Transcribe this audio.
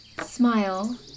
smile